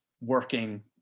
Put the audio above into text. working